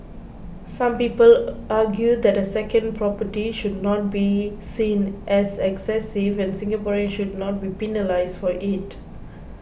some people argue that a second property should not be seen as excessive and Singaporeans should not be penalised for it